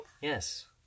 Yes